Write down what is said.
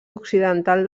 occidental